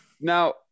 Now